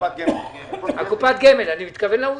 אני מתכוון לעובדים.